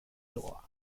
lower